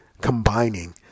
combining